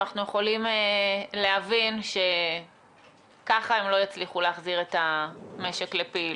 אבל אנחנו יכולים להבין שככה הם לא יצליחו להחזיר את המשק לפעילות.